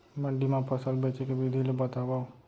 मंडी मा फसल बेचे के विधि ला बतावव?